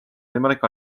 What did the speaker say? võimalik